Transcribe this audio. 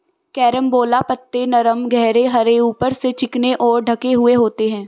carambola पत्ते नरम गहरे हरे ऊपर से चिकने और ढके हुए होते हैं